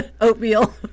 oatmeal